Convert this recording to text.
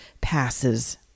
passes